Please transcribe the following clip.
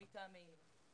מטעמנו.